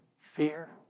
fear